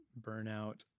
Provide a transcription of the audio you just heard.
burnout